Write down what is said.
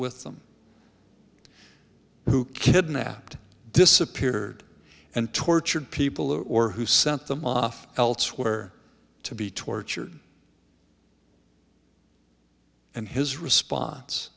with them who kidnapped disappeared and tortured people or or who sent them off elsewhere to be tortured and his response